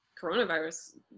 coronavirus